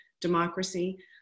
democracy